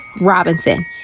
Robinson